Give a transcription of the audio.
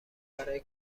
برای